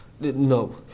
No